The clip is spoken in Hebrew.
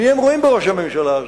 מי הם רואים בראשות הממשלה הזאת?